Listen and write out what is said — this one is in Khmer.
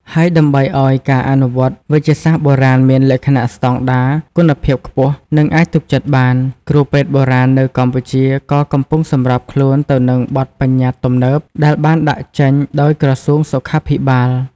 ហើយដើម្បីឱ្យការអនុវត្តវេជ្ជសាស្ត្របុរាណមានលក្ខណៈស្តង់ដារ គុណភាពខ្ពស់ និងអាចទុកចិត្តបាន គ្រូពេទ្យបុរាណនៅកម្ពុជាក៏កំពុងសម្របខ្លួនទៅនឹងបទប្បញ្ញត្តិទំនើបដែលបានដាក់ចេញដោយក្រសួងសុខាភិបាល។